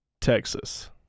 Texas